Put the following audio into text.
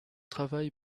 travail